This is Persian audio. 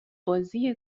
بازی